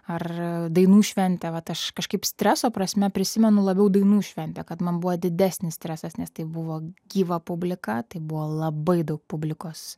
ar dainų šventė vat aš kažkaip streso prasme prisimenu labiau dainų šventę kad man buvo didesnis stresas nes tai buvo gyva publika tai buvo labai daug publikos